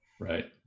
Right